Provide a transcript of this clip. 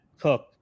cook